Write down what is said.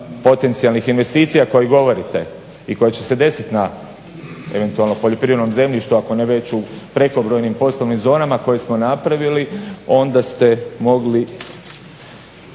potencijalnih investicija koje govorite i koje će se desiti eventualno na poljoprivrednom zemljištu ako ne već u prekobrojnim poslovnim zonama koje smo napravili onda ste mogli